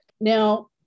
Now